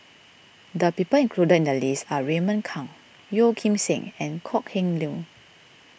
the people included in the list are Raymond Kang Yeo Kim Seng and Kok Heng Leun